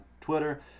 Twitter